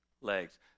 legs